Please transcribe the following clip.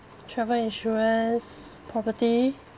travel insurance property